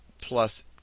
plus